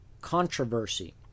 controversy